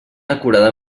acurada